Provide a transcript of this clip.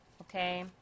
okay